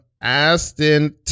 Aston